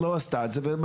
כיל לא עשתה את זה ומדוע,